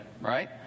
right